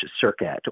circuit